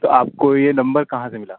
تو آپ کو یہ نمبر کہاں سے ملا